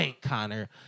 Connor